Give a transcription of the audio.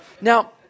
Now